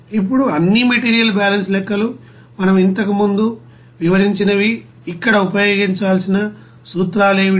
ఇప్పుడు అన్ని material balance లెక్కలు మనం ఇంతకుముందు వివరించినవి ఇక్కడ ఉపయోగించాల్సిన సూత్రాలు ఏమిటి